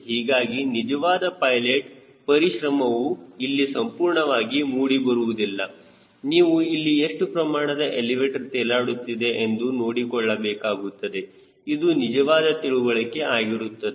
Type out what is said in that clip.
ಹೀಗಾಗಿ ನಿಜವಾದ ಪೈಲೆಟ್ ಪರಿಶ್ರಮವು ಇಲ್ಲಿ ಸಂಪೂರ್ಣವಾಗಿ ಮೂಡಿಬರುವುದಿಲ್ಲ ನೀವು ಇಲ್ಲಿ ಎಷ್ಟು ಪ್ರಮಾಣದಲ್ಲಿ ಎಲಿವೇಟರ್ ತೇಲಾಡುತ್ತಿದೆ ಎಂದು ನೋಡಿಕೊಳ್ಳಬೇಕಾಗುತ್ತದೆ ಇದು ನಿಜವಾದ ತಿಳುವಳಿಕೆ ಆಗಿರುತ್ತದೆ